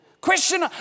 Question